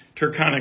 Turkana